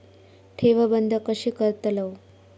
ठेव बंद कशी करतलव?